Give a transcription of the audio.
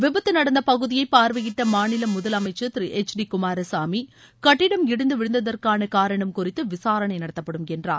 விபத்து நடந்த பகுதியை பார்வையிட்ட மாநில முதலமைச்சர் திரு எச் டி குமாரசாமி கட்டிடம் இடிந்து விழுந்ததற்கான காரணம் குறித்து விசாரணை நடத்தப்படும் என்றார்